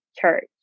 church